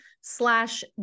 slash